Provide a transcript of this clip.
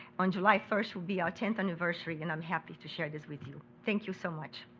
on july first will be our tenth anniversary, and i'm happy to share this with you. thank you so much.